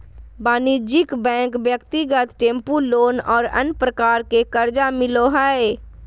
वाणिज्यिक बैंक ब्यक्तिगत tempo loan और अन्य प्रकार के कर्जा मिलो हइ